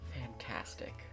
fantastic